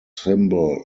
symbol